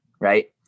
Right